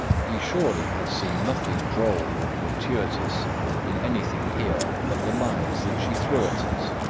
he surely had seen nothing droll or fortuitous in anything here but the lies that she threw at us.